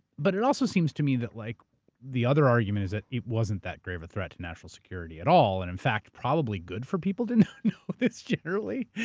but it also seems to me that like the other argument is that it wasn't that great of a threat to national security at all, and in fact, probably good for people to know this generally.